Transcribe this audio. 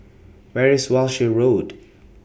Where IS Walshe Road